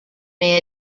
may